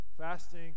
Fasting